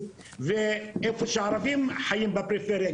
איפה שהערבים חיים בפריפריה,